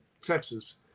Texas